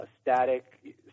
static